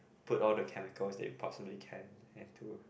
put all the chemical if possibly can into